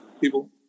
people